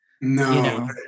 No